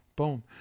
Boom